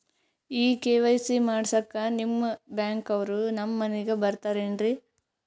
ಈ ಕೆ.ವೈ.ಸಿ ಮಾಡಸಕ್ಕ ನಿಮ ಬ್ಯಾಂಕ ಅವ್ರು ನಮ್ ಮನಿಗ ಬರತಾರೆನ್ರಿ?